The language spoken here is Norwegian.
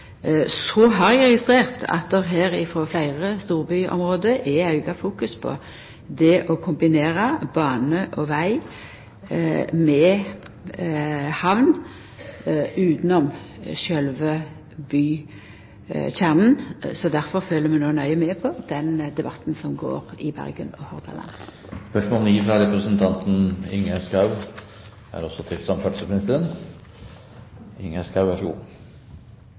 Så har eg registrert at det i fleire storbyområde er auka fokus på å kombinera bane og veg med hamn utanom sjølve bykjernen. Difor følgjer vi no nøye med på den debatten som går i Bergen og Hordaland. Nå kan sikkert både samferdselsministeren og jeg være enige om at det viktigste er